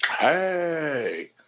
Hey